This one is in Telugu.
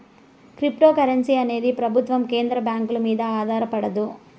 క్రిప్తోకరెన్సీ అనేది ప్రభుత్వం కేంద్ర బ్యాంకుల మీద ఆధారపడదు